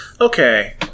Okay